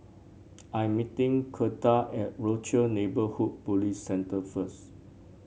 I am meeting Gertha at Rochor Neighborhood Police Centre first